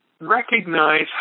recognize